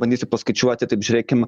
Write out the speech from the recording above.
bandysiu paskaičiuoti taip žiūrėkim